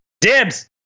Dibs